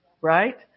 Right